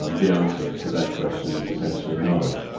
um the answer to that question is essentially no,